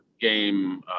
game